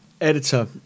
Editor